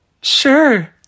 Sure